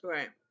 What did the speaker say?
Right